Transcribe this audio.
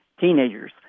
teenagers